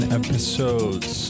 episodes